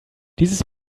dieses